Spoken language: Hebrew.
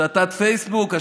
השתקת פייסבוק.